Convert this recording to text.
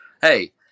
hey